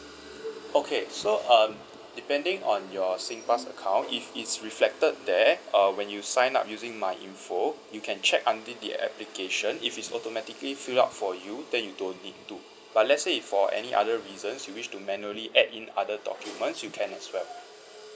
okay so um depending on your singpass account if it's reflected there uh when you sign up using my info you can check under the application if it's automatically filled up for you then you don't need to but let's say for any other reasons you wish to manually add in other documents you can as well